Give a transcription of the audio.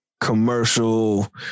commercial